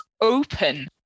open